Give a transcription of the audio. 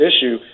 issue